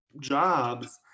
jobs